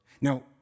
Now